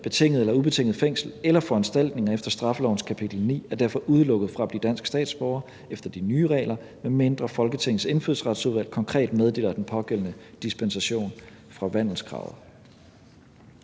betinget eller ubetinget fængsel eller foranstaltninger efter straffelovens kapitel 9, er derfor udelukket fra at blive dansk statsborger efter de nye regler, medmindre Folketingets Indfødsretsudvalg konkret meddeler den pågældende dispensation fra vandelskravet.